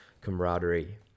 camaraderie